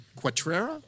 Quattrera